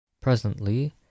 Presently